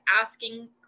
asking